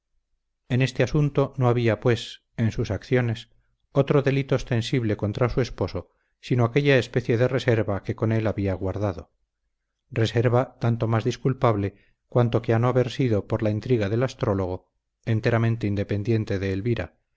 en este asunto no había pues en sus acciones otro delito ostensible contra su esposo sino aquella especie de reserva que con él había guardado reserva tanto más disculpable cuanto que a no haber sido por la intriga del astrólogo enteramente independiente de elvira